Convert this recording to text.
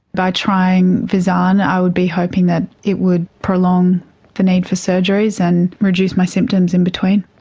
by trying visanne i would be hoping that it would prolong the need for surgeries and reduce my symptoms inbetween.